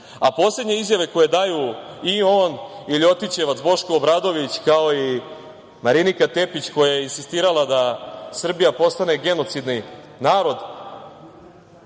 nedopustivo. Poslednje izjave koje daju i on i „ljotićevac“ Boško Obradović, kao i Marinika Tepić koja je insistirala da Srbija postane genocidan narod